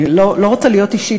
אני לא רוצה להיות אישית,